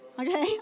Okay